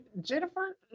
Jennifer